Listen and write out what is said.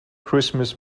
christmas